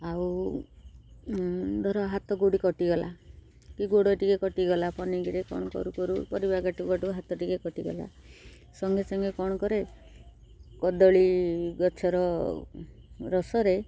ଆଉ ଧର ହାତ କେଉଁଠି କଟିଗଲା କି ଗୋଡ଼ ଟିକେ କଟିଗଲା ପନିକିରେ କ'ଣ କରୁ କରୁ ପରିବା କାଟୁ କାଟୁ ହାତ ଟିକେ କଟିଗଲା ସଙ୍ଗେ ସଙ୍ଗେ କ'ଣ କରେ କଦଳୀ ଗଛର ରସରେ